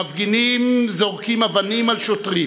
מפגינים זורקים אבנים על שוטרים.